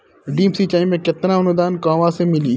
Drip सिंचाई मे केतना अनुदान कहवा से मिली?